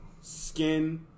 skin